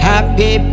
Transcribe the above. Happy